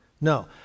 no